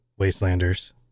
Wastelanders